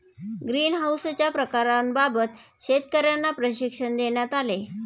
ग्रीनहाउसच्या प्रकारांबाबत शेतकर्यांना प्रशिक्षण देण्यात आले